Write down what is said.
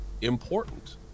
important